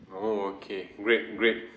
oh okay great great